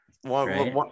One